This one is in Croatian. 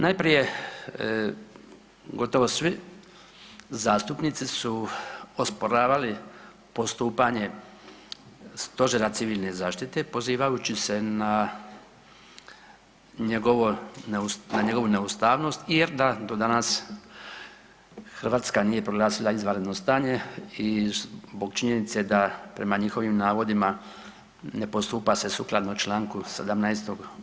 Najprije gotovo svi zastupnici su osporavali postupanje Stožera civilne zaštite pozivajući se na njegovu neustavnost jer da do danas Hrvatska nije proglasila izvanredno stanje i zbog činjenice da prema njihovim navodima ne postupa se sukladno čl. 17.